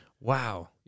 Wow